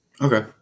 Okay